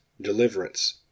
deliverance